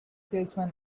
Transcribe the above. salesman